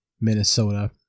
Minnesota